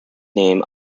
name